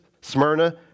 Smyrna